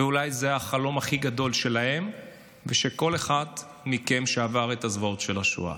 ואולי זה החלום הכי גדול שלהם ושל כל אחד מכם שעבר את הזוועות של השואה.